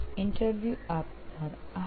interview આપનાર હા